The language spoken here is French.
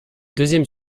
deuxième